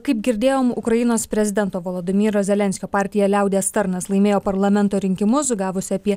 kaip girdėjom ukrainos prezidento volodymyro zelenskio partija liaudies tarnas laimėjo parlamento rinkimus gavusi apie